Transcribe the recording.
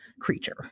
creature